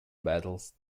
battles